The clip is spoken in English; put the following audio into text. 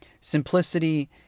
simplicity